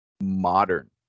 modern